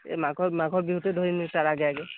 এই মাঘ মাঘৰ বিহুতে আগে আগে